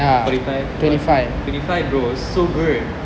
forty five twenty five bro so good